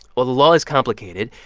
well, the law is complicated,